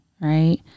right